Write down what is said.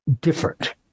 Different